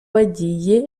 bagiye